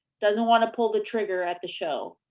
doesn't wanna pull the trigger at the show,